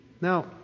Now